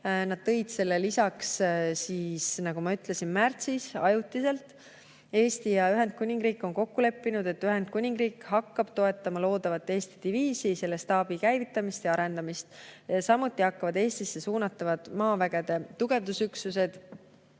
Nad tõid selle siia lisaks märtsis, nagu ma ütlesin, ajutiselt. Eesti ja Ühendkuningriik on kokku leppinud, et Ühendkuningriik hakkab toetama loodavat Eesti diviisi, selle staabi käivitamist ja arendamist. Samuti hakkavad Eestisse suunatavad maavägede tugevdusüksused,